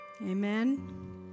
Amen